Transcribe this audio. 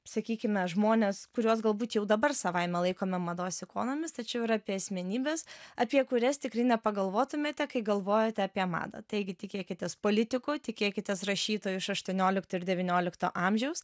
sakykime žmones kuriuos galbūt jau dabar savaime laikome mados ikonomis tačiau ir apie asmenybes apie kurias tikrai nepagalvotumėte kai galvojate apie madą taigi tikėkitės politikų tikėkitės rašytojų iš aštuoniolikto ir devyniolikto amžiaus